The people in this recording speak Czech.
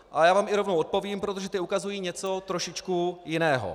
Já vám i rovnou odpovím: protože ukazují něco trošičku jiného.